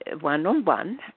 one-on-one